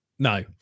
No